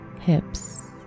hips